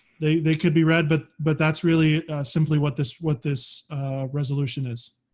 they they could be read, but but that's really simply what this what this resolution is.